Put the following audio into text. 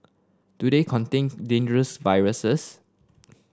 do they contain dangerous viruses